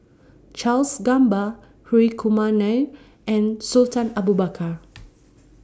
Charles Gamba Hri Kumar Nair and Sultan Abu Bakar